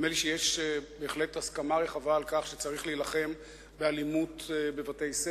נדמה לי שיש בהחלט הסכמה רחבה על כך שצריך להילחם באלימות בבתי-הספר,